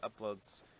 uploads